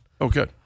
Okay